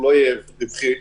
הוא לא יהיה רווחי,